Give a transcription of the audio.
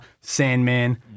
Sandman